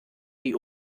die